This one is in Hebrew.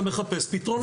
אתה מחפש פתרונות.